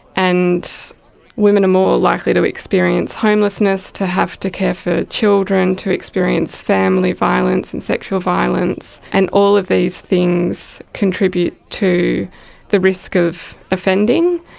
and women are more likely to experience homelessness, to have to care for children, to experience family violence and sexual violence, and all of these things contribute to the risk of offending.